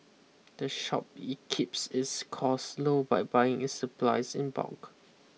the shop E keeps its costs low by buying its supplies in bulk